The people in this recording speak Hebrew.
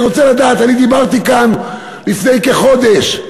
אני רוצה לדעת, אני דיברתי כאן לפני כחודש,